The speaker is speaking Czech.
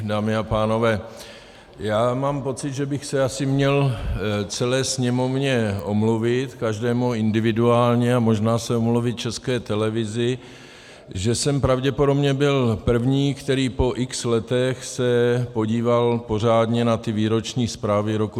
Dámy a pánové, já mám pocit, že bych se asi měl celé Sněmovně omluvit, každému individuálně, a možná se omluvit České televizi, že jsem pravděpodobně byl první, který se po x letech podíval pořádně na ty výroční zprávy roku 2016 a 2017.